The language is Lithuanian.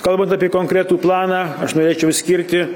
kalbant apie konkretų planą aš norėčiau išskirti